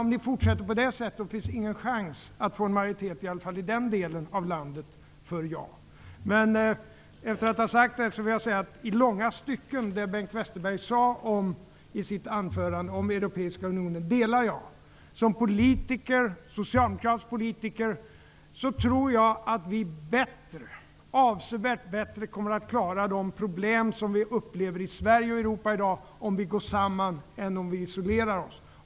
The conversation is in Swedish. Om ni fortsätter på det sättet finns det ingen chans att få majoritet för ja till EG i den delen av landet. Men efter att ha sagt detta vill jag säga att jag i långa stycken delar det som Bengt Som socialdemokratisk politiker tror jag att vi avsevärt bättre kommer att klara av de problem som vi upplever i Sverige och i Europa i dag om vi går samman än om vi isolerar oss.